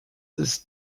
ist